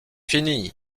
fini